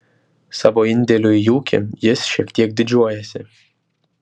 savo indėliu į ūkį jis šiek tiek didžiuojasi